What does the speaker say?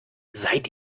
seid